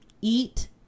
eat